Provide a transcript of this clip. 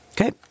okay